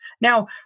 Now